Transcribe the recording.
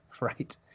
Right